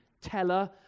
teller